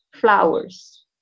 flowers